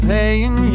Paying